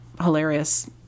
hilarious